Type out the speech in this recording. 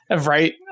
Right